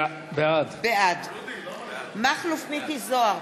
בעד מכלוף מיקי זוהר,